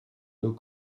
nos